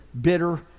bitter